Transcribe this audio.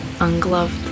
ungloved